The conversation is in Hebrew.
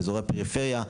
באזורי הפריפריה,